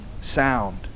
sound